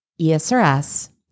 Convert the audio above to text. ESRS